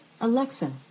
Alexa